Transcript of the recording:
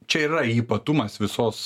čia yra ypatumas visos